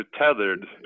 tethered